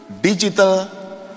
digital